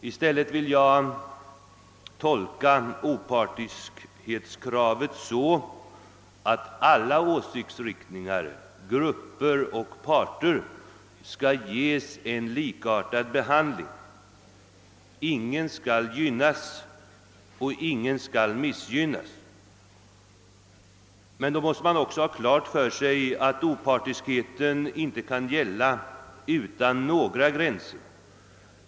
I stället vill jag tolka opartiskhetskravet så, att alla åsiktsriktningar, grupper och parter skall ges en likartad behandling; ingen skall gynnas och ingen skall missgynnas. Men då måste man också ha klart för sig att opartiskheten inte kan gälla utan gränser.